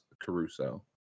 Caruso